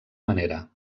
manera